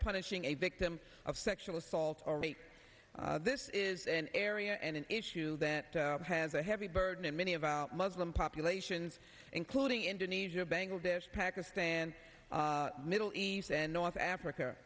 punishing a victim of sexual assault or rape this is an area and an issue that has a heavy burden and many of our muslim populations including indonesia bangladesh pakistan middle east and north africa